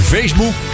Facebook